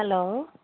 hello